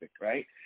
right